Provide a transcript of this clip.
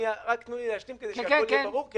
--- רק תנו לי להשלים כדי שהכול יהיה ברור כי